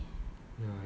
oh really